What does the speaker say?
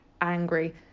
angry